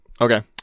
Okay